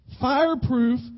Fireproof